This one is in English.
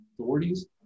authorities